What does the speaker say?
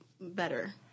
better